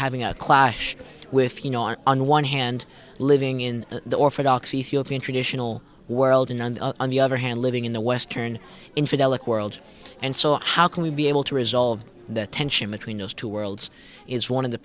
having a clash with you know on on one hand living in the or for doc's ethiopian traditional world and on the other hand living in the western infidelity and so how can we be able to resolve that tension between those two worlds is one of the